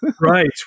Right